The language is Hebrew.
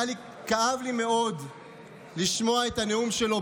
כאב לי מאוד לשמוע את הנאום שלו,